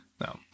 No